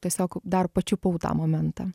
tiesiog dar pačiupau tą momentą